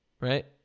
right